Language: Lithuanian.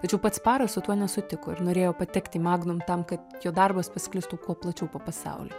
tačiau pats paro su tuo nesutiko ir norėjo patekti į magnum tam kad jo darbas pasklistų kuo plačiau po pasaulį